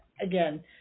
again